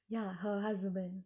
ya her husband